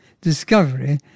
discovery